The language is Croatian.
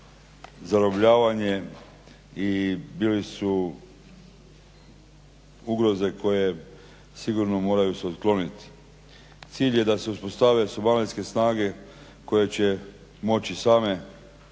zarobljavanje i bili su ugroze koje sigurno se moraju otkloniti. Cilj je da se uspostave somalijske snage koje će moći same